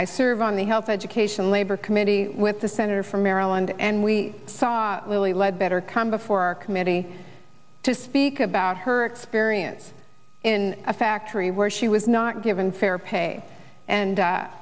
i serve on the health education labor committee with the senator from maryland and we saw lilly lead better come before our committee to speak about her experience in a factory where she was not given fair pay and